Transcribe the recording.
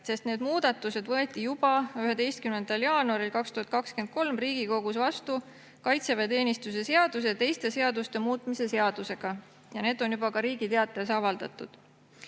leitav. Need muudatused võeti juba 11. jaanuaril 2023 Riigikogus vastu kaitseväeteenistuse seaduse ja teiste seaduste muutmise seadusega ja need on juba ka Riigi Teatajas avaldatud.